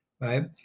right